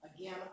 again